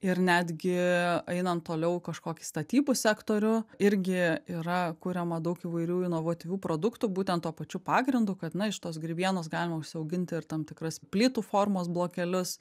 ir netgi ainant toliau kažkokį statybų sektorių irgi yra kuriama daug įvairių inovatyvių produktų būtent tuo pačiu pagrindu kad na iš tos grybienos galima užsiauginti ir tam tikras plytų formos blokelius